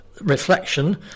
reflection